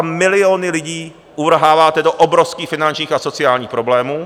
Miliony lidí uvrháváte do obrovských finančních a sociálních problémů.